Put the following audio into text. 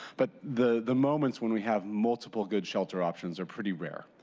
but the the moments when we have multiple good shelter options, they're pretty rare.